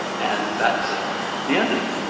and that's the end of it.